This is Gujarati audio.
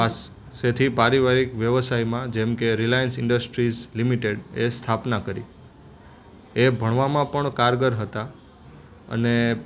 પાસેથી પારિવારિક વ્યવસાયમાં જેમકે રિલાયન્સ ઈન્ડસ્ટ્રીઝ લિમિટેડ એ સ્થાપના કરી એ ભણવામાં પણ કારગર હતા અને